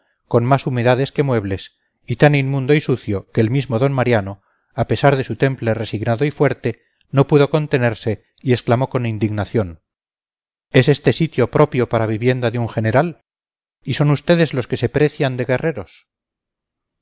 con más humedades que muebles y tan inmundo y sucio que el mismo d mariano a pesar de su temple resignado y fuerte no pudo contenerse y exclamó con indignación es este sitio propio para vivienda de un general y son ustedes los que se precian de guerreros